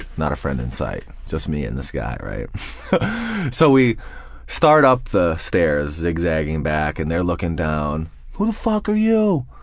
not a friend in sight, just me and this guy. so we start up the stairs, zigzagging back, and they're looking down who fuck are you?